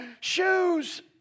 shoes